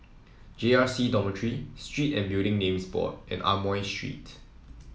J R C Dormitory Street and Building Names Board and Amoy Street